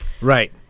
Right